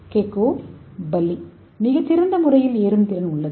gecko மிகச்சிறந்த ஏறுபவர்களில் ஒருவர்